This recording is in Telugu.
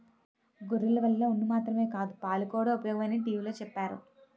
గొర్రెల వల్ల ఉన్ని మాత్రమే కాదు పాలుకూడా ఉపయోగమని టీ.వి లో చెప్పేరు